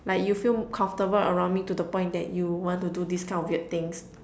like you feel comfortable around me to the point that you want to do this kind of weird things